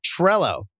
Trello